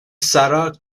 sarah